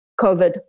COVID